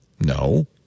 No